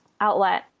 outlet